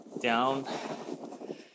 down